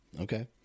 Okay